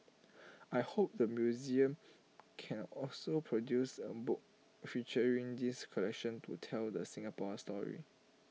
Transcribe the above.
I hope the museum can also produce A book featuring this collection to tell the Singapore story